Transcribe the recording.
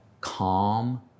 calm